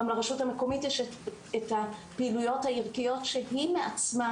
גם לרשות המקומית יש את הפעילויות הערכיות שהיא עצמה